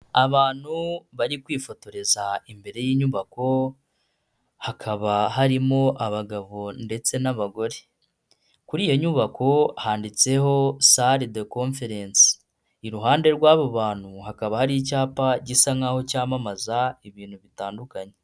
Abantu bari kwifotoreza imbere y'inyubako, hakaba harimo abagabo ndetse n'abagore, kuri iyo nyubako handitseho sale de konferensi, iruhande rw'abo bantu hakaba hari icyapa gisa nk'aho cyamamaza ibintu bitandukanye.